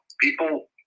people